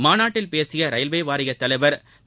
மாநாட்டில் பேசிய ரயில்வே வாரியத் தலைவர் திரு